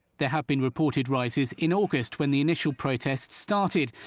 there have been reported rises in august when the initial protests started.